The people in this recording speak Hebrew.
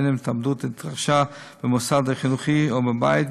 בין אם ההתאבדות התרחשה במוסד החינוכי ובין בבית,